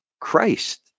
Christ